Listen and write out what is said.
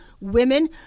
women